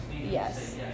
Yes